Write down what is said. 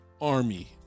army